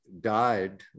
died